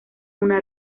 una